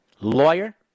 lawyer